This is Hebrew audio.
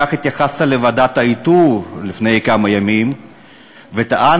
כך התייחסת לוועדת האיתור לפני כמה ימים וטענת